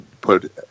put